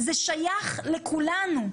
זה שייך לכולנו.